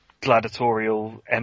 gladiatorial